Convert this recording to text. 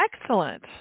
Excellent